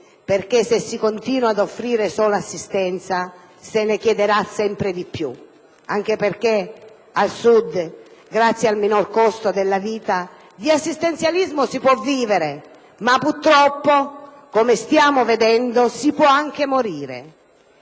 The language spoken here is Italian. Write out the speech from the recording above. Se si continua ad offrire solo assistenza, se ne chiederà sempre di più, anche perché al Sud, grazie al minor costo della vita, di assistenzialismo si può vivere, ma purtroppo, come è facile verificare, si può anche morire.